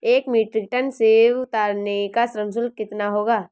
एक metric ton सेव उतारने का श्रम शुल्क कितना होगा?